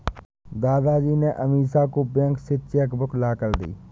दादाजी ने अमीषा को बैंक से चेक बुक लाकर दी